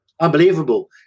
unbelievable